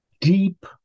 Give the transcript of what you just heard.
deep